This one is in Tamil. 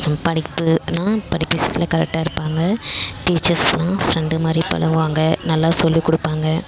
படிப்புன்னால் படிப்பு விஷயத்துல கரட்டாக இருப்பாங்க டீச்சர்ஸெலாம் ஃப்ரெண்டு மாதிரி பழகுவாங்க நல்லா சொல்லிக் கொடுப்பாங்க